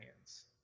hands